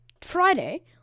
friday